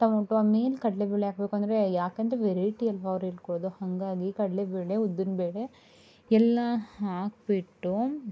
tomato ಆಮೇಲೆ ಕಡಲೆಬೇಳೆ ಹಾಕಬೇಕು ಅಂದರೆ ಯಾಕಂದರೆ ವೆರೈಟಿ ಅಲ್ಲವಾ ಅವ್ರು ಹೇಳಿಕೊಡೋದು ಹಾಗಾಗಿ ಕಡಲೆಬೇಳೆ ಉದ್ದಿನ ಬೇಳೆ ಎಲ್ಲಾ ಹಾಕಿಬಿಟ್ಟು